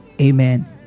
amen